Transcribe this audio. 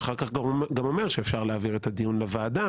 שאחר כך גם אומר שאפשר להעביר את הדיון לוועדה,